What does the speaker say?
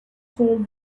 son